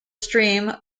stream